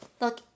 look